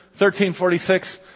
1346